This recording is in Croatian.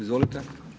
Izvolite.